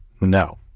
No